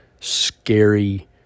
scary